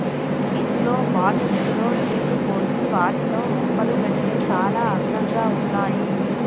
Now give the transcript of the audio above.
ఇంట్లో బాటిల్స్ లో నీళ్లు పోసి వాటిలో మొక్కలు పెడితే చాల అందంగా ఉన్నాయి